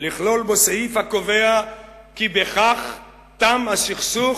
לכלול בו סעיף הקובע כי בכך תם הסכסוך?